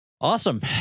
Awesome